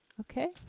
okay,